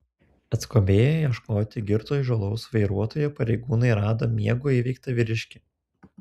atskubėję ieškoti girto įžūlaus vairuotojo pareigūnai rado miego įveiktą vyriškį